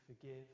forgive